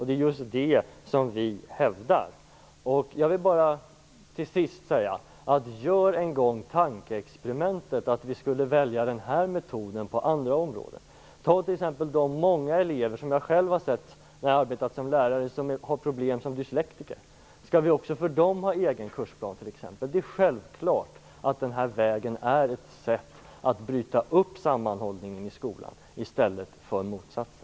Det är just det vi hävdar. Till sist: Gör en gång tankeexperimentet att vi skulle välja den här metoden på andra områden. Ta t.ex. de många elever som är dyslektiker, en grupp som jag själv har arbetat med som lärare. Skall vi också för dem ha en egen kursplan? Det är självklart att den här vägen är ett sätt att bryta upp sammanhållningen i skolan i stället för motsatsen.